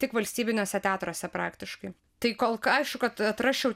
tik valstybiniuose teatruose praktiškai tai kol aišku kad atrasčiau